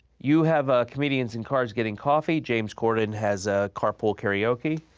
you have comedians in cards getting coffee. james corden has ah carpool karaoke.